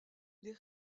les